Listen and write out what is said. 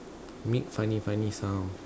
make funny funny sounds